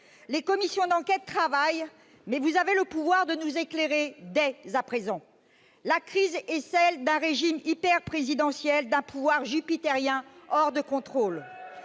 les commissions d'enquête travaillent, mais vous avez le pouvoir de nous éclairer dès à présent. La crise est celle d'un régime hyperprésidentiel, d'un pouvoir jupitérien hors de contrôle.